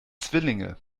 zwillinge